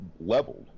leveled